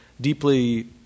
deeply